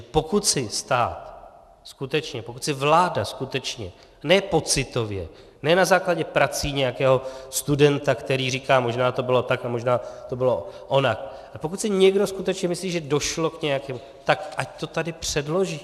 Pokud si stát, pokud si vláda skutečně, ne pocitově, ne na základě prací nějakého studenta, který říká, možná to bylo tak a možná to bylo onak, pokud si někdo skutečně myslí, že došlo k něčemu, tak ať to tady předloží.